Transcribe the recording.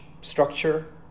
structure